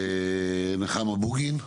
נחמה בוגין.